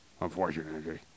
Unfortunately